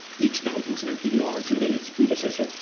each bout, incidentally, larger than its predecessor,